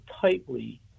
tightly